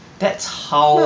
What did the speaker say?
that's how